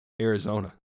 Arizona